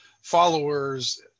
followers